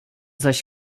zaś